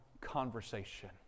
conversation